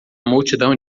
multidão